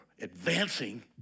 advancing